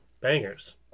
Bangers